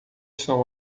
são